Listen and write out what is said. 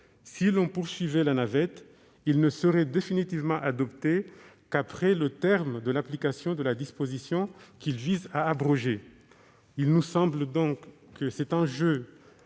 si l'on poursuivait la navette, ce texte ne serait définitivement adopté qu'après le terme de l'application de la disposition qu'il vise à abroger. L'enjeu majeur qu'est la